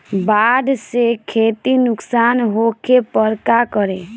बाढ़ से खेती नुकसान होखे पर का करे?